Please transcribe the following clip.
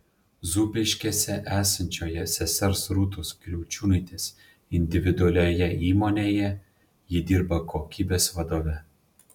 zūbiškėse esančioje sesers rūtos kriaučiūnaitės individualioje įmonėje ji dirba kokybės vadove